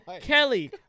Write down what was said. Kelly